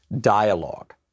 dialogue